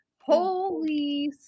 holy